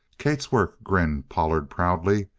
kate's work, grinned pollard proudly.